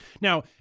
Now